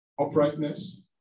uprightness